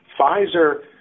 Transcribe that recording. Pfizer